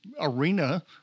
arena